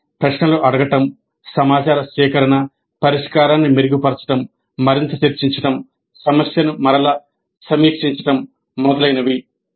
ఇది ప్రశ్నలు అడగడం సమాచార సేకరణ పరిష్కారాన్ని మెరుగుపరచడం మరింత చర్చించడం సమస్యను మరల సమీక్షించడం మొదలైనవి